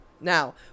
Now